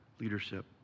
leadership